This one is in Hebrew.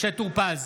משה טור פז,